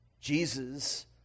Jesus